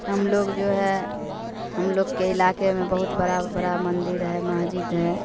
ہم لوگ جو ہے ہم لوگ کے علاقے میں بہت بڑا بڑا مندر ہے مسجد ہے